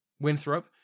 Winthrop